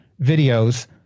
videos